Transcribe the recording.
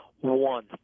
one